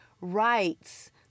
rights